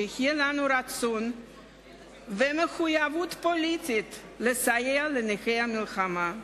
שיהיה לנו רצון ומחויבות פוליטית לסייע לנכי המלחמה.